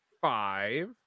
five